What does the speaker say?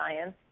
science